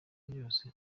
yakoze